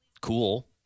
cool